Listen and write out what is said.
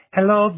Hello